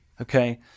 Okay